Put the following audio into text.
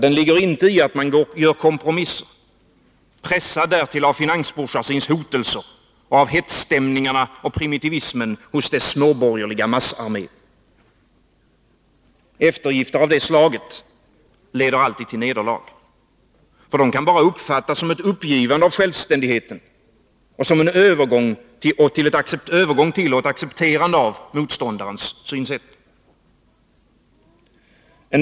Den ligger inte i att man gör kompromisser, pressad därtill av finansbourgeoisiens hotelser och hetsstämningarna och primitivismen hos dess småborgerliga massarmé. Eftergifter av det slaget leder alltid till nederlag. De kan bara uppfattas som ett uppgivande av självständigheten och som en övergång till och ett accepterande av motståndarens synsätt.